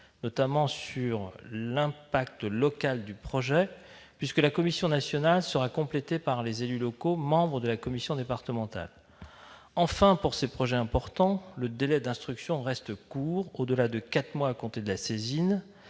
s'agissant de l'impact local du projet, puisque la composition de la Commission nationale sera complétée par les élus locaux membres de la commission départementale. Enfin, pour les projets importants, le délai d'instruction reste bref, puisque, au-delà de quatre mois à compter de la saisine,